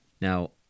Now